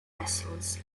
vessels